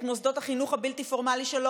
את מוסדות החינוך הבלתי-פורמלי שלא